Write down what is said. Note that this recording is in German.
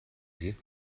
sie